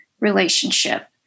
relationship